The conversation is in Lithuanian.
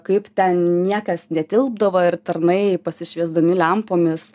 kaip ten niekas netilpdavo ir tarnai pasišviesdami lempomis